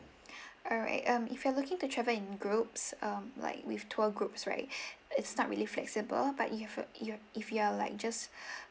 alright um if you're looking to travel in groups um like with tour groups right it's not really flexible but you've you're if you're like just